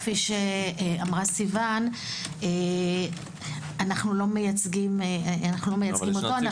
כפי שאמרה סיוון - אנו לא מייצגים אותו.